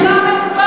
זה לא מקובל.